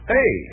Hey